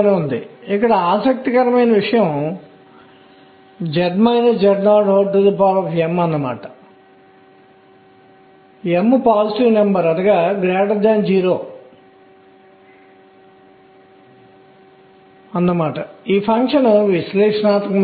ఈ వ్యత్యాసం మళ్లీ ఒక పూర్ణాంకం ద్వారా గమనించవచ్చు అయితే అది చెప్పింది ఏమిటంటే కోణీయ ద్రవ్యవేగం యొక్క z కాంపోనెంట్ అంశం దీనిని స్పిన్ అని పిలుద్దాం